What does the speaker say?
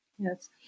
Yes